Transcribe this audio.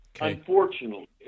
unfortunately